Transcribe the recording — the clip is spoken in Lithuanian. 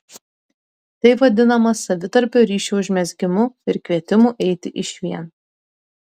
tai vadinama savitarpio ryšio užmezgimu ir kvietimu eiti išvien